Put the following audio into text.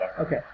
Okay